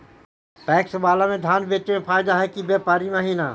PACS बाला में धान बेचे मे फायदा है कि व्यापारी महिना?